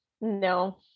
No